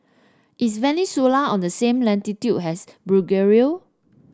is Venezuela on the same latitude as Bulgaria